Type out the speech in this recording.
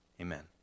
Amen